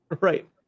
Right